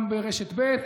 גם ברשת ב'.